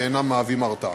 שאינם מהווים הרתעה.